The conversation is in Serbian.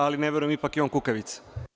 Ali, ne verujem, ipak je on kukavica.